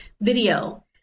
Video